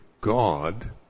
God